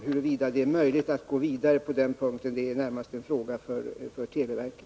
Huruvida det är möjligt att gå vidare på den punkten är närmast en fråga för televerket.